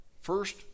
First